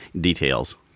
details